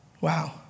Wow